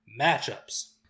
matchups